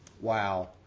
wow